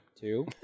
Two